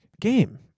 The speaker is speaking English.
Game